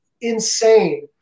insane